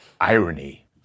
Irony